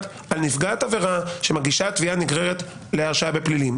על נפגעת עבירה שמגישה תביעה נגררת להרשעה בפלילים.